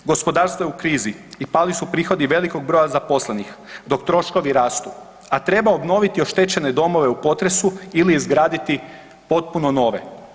Gospodarstvo je u krizi i pali su prihodi velikog broja zaposlenih dok troškovi rastu, a treba obnoviti oštećene domove u potresu ili izgraditi potpuno nove.